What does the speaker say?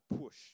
push